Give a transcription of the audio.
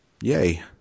yay